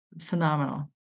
phenomenal